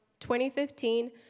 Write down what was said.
2015